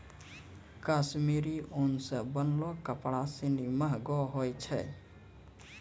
कश्मीरी उन सें बनलो कपड़ा सिनी महंगो होय छै